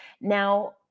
Now